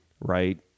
right